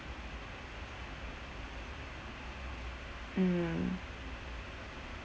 mm